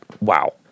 wow